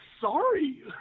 sorry